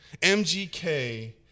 MGK